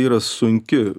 yra sunki